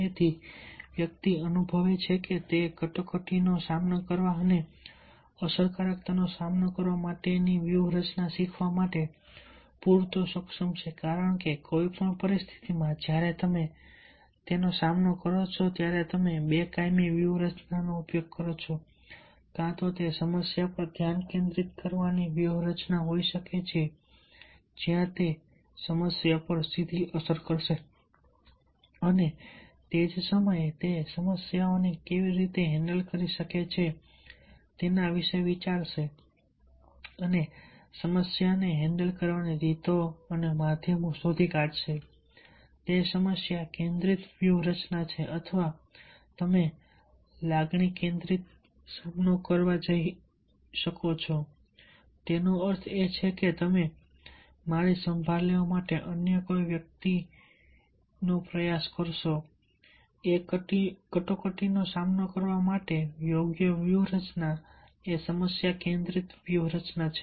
તેથી વ્યક્તિ અનુભવે છે કે તે કટોકટીનો સામનો કરવા અને અસરકારક સામનો કરવાની વ્યૂહરચના શીખવવા માટે પૂરતો સક્ષમ છે કારણ કે કોઈપણ પરિસ્થિતિમાં જ્યારે તમે સામનો કરો છો ત્યારે તમે 2 કાયમી વ્યૂહરચનાનો ઉપયોગ કરો છો કાં તો તે સમસ્યા પર ધ્યાન કેન્દ્રિત કરવાની વ્યૂહરચના હોઈ શકે છે જ્યાં તે સમસ્યા પર સીધી અસર કરશે અને તે જ સમયે તે સમસ્યાને કેવી રીતે હેન્ડલ કરી શકે છે તેના વિશે વિચારશે અને સમસ્યાને હેન્ડલ કરવાની રીતો અને માધ્યમો શોધી કાઢશે તે સમસ્યા કેન્દ્રિત વ્યૂહરચના છે અથવા તમે લાગણી કેન્દ્રિત સામનો કરવા જઈ શકો છો તેનો અર્થ એ છે કે તમે મારી સંભાળ લેવા માટે અન્ય કોઈ અન્ય વ્યક્તિનો પ્રયાસ કરશો એ કટોકટીનો સામનો કરવા માટે યોગ્ય વ્યૂહરચના એ સમસ્યા કેન્દ્રિત વ્યૂહરચના છે